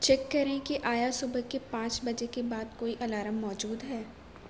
check کریں کہ آیا صبح کے پانچ بجے کے بعد کوئی الارم موجود ہے